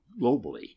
globally